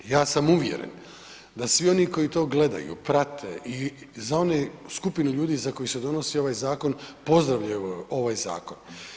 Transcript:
Ja sam uvjeren da svi oni koji to gledaju, prate i za one, skupinu ljudi za koje se donosi ovaj zakon, pozdravljaju ovaj zakon.